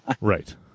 Right